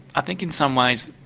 i think in some ways,